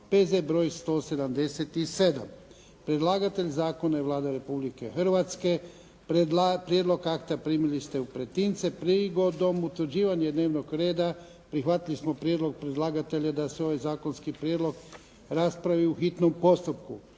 P.Z. br. 177 Predlagatelj zakona je Vlada Republike Hrvatske. Prijedlog akta primili ste u pretince. Prigodom utvrđivanja dnevnog reda prihvatili smo prijedlog predlagatelja da se ovaj zakonski prijedlog raspravi u hitnom postupku.